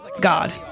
god